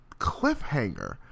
cliffhanger